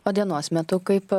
o dienos metu kaip